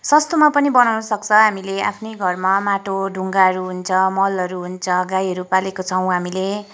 सस्तोमा पनि बनाउनुसक्छ हामीले आफ्नै घरमा माटो ढुङ्गाहरू हुन्छ मलहरू हुन्छ गाईहरू पालेको छौँ हामीले